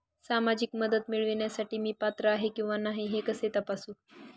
सामाजिक मदत मिळविण्यासाठी मी पात्र आहे किंवा नाही हे कसे तपासू?